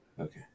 Okay